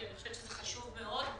כי אני חושבת שזה חשוב מאוד,